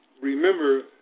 remember